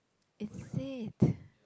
is it